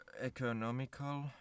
economical